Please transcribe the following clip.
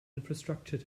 infrastructure